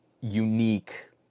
unique